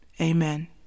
Amen